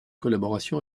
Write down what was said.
collaboration